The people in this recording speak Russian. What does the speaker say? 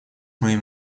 моим